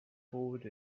forward